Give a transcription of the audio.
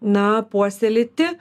na puoselėti